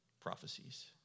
prophecies